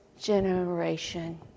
generation